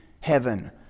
heaven